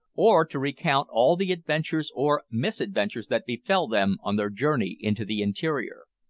or to recount all the adventures or misadventures that befell them on their journey into the interior.